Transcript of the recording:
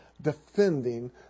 Defending